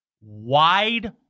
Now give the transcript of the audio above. wide